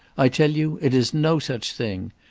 i tell you it is no such thing.